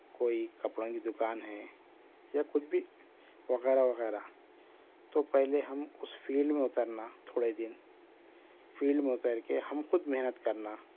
کوئی کپڑوں کی دکان ہے یا کچھ بھی وغیرہ وغیرہ تو پہلے ہم اس فیلڈ میں اترنا تھوڑے دن فیلڈ میں اتر کے ہم خود محنت کرنا